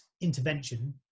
intervention